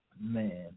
Man